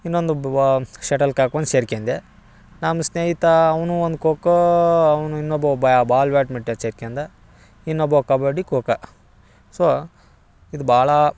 ಇನ್ನೊಂದು ಒಬ್ಬ ಬಾ ಶಟಲ್ ಕಾಕ್ ಒಂದು ಸೇರ್ಕೆಂಡೆ ನಮ್ಮ ಸ್ನೇಹಿತ ಅವನು ಒಂದು ಖೋಖೋ ಅವ್ನು ಇನ್ನೊಬ್ಬ ಒಬ್ಬ ಬಾಲ್ ಬ್ಯಾಡ್ಮಿಟ ಸೇರ್ಕಂಡ ಇನ್ನೊಬ್ಬ ಕಬಡ್ಡಿ ಖೋಖೋ ಸೊ ಇದು ಭಾಳ